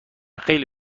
خیلی